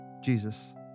Jesus